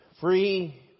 free